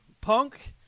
Punk –